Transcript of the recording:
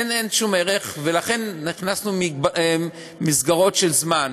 אין שום ערך, ולכן הכנסנו מסגרות של זמן.